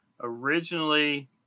originally